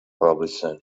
robertson